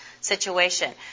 situation